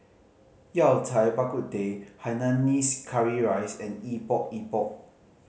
Yao Cai Bak Kut Teh hainanese curry rice and Epok Epok